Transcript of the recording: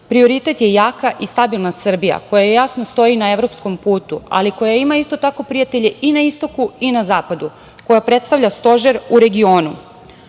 prioritet je jaka i stabilna Srbija koja jasno stoji na evropskom putu, ali koja ima isto tako prijatelje i na istoku i na zapadu, koja predstavlja stožer u regionu.U